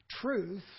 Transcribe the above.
truth